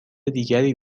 دیگری